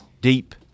deep